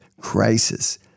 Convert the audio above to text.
crisis